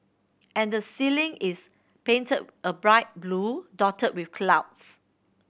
and the ceiling is painted a bright blue dotted with clouds